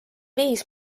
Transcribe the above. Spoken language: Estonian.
viis